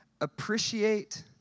Appreciate